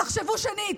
תחשבו שנית.